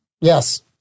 Yes